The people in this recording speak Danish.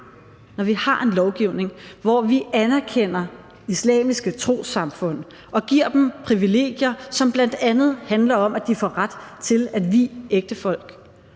når vi har en lovgivning, hvor vi anerkender islamiske trossamfund og giver dem privilegier, som bl.a. handler om, at de får ret til at vie ægtefolk,